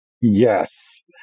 Yes